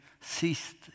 ceased